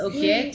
Okay